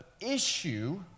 issue